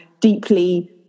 deeply